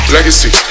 Legacy